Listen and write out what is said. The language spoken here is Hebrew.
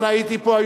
ליצמן, הייתי פה.